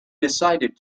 decided